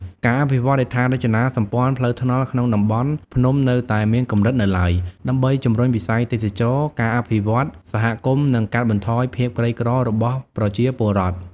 ការអភិវឌ្ឍហេដ្ឋារចនាសម្ព័ន្ធផ្លូវថ្នល់ក្នុងតំបន់ភ្នំនៅតែមានកម្រិតនៅឡើយ ដើម្បីជំរុញវិស័យទេសចរណ៍ ការអភិវឌ្ឍន៍សហគមន៍ និងកាត់បន្ថយភាពក្រីក្ររបស់ប្រជាពលរដ្ឋ។